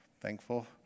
thankful